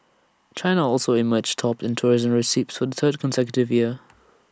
China also emerged top in tourism receipts for the third consecutive year